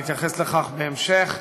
אני אתייחס לכך בהמשך,